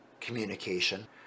communication